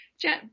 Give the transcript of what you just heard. Jen